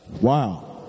Wow